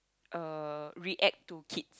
uh react to kids